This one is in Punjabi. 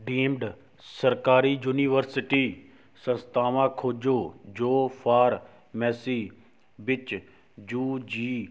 ਡੀਮਡ ਸਰਕਾਰੀ ਯੂਨੀਵਰਸਿਟੀ ਸੰਸਥਾਵਾਂ ਖੋਜੋ ਜੋ ਫਾਰਮੇਸੀ ਵਿੱਚ ਯੂ ਜੀ